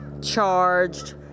charged